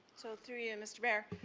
so through you, and mr. mayor,